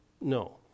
No